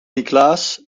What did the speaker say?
niklaas